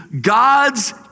God's